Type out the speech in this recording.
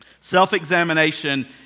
Self-examination